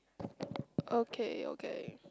okay okay